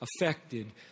affected